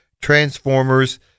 Transformers